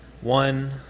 One